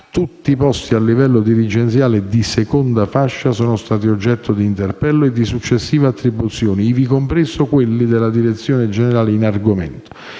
tutti i posti di livello dirigenziale di seconda fascia sono stati oggetto di interpello e successiva attribuzione, compresi quelli della direzione generale in argomento.